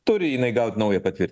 turi jinai gaut naują patvir